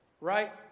right